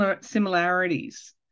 similarities